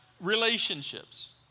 relationships